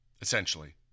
essentially